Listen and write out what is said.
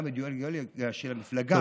גם האידיאולוגיה של המפלגה,